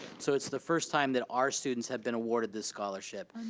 so it's the first time that our students have been awarded this scholarship.